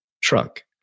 truck